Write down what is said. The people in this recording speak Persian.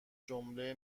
جمله